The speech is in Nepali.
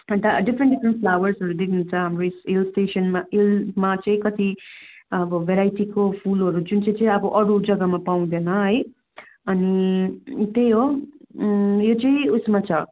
अन्त डिफ्रेन्ट डिफ्रेन्ट फ्लावर्सहरू देख्नुहुन्छ हाम्रो हिल स्टेसनमा हिलमा चाहिँ कति अब भेराइटीको फुलहरू जुन चाहिँ चाहिँ अब अरू जग्गामा पाउँदैन है अनि त्यही हो यो चाहिँ उयेसमा छ